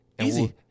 Easy